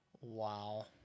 Wow